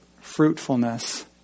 fruitfulness